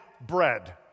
bread